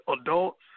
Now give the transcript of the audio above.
adults